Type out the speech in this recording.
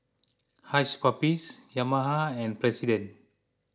Hush Puppies Yamaha and President